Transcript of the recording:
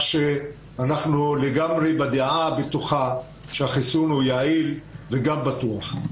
אנחנו לגמרי בדעה בטוחה, שהחיסון יעיל וגם בטוח.